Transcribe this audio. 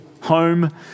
home